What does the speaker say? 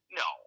no